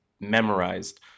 memorized